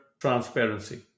transparency